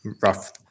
rough